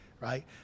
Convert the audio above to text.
right